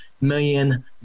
million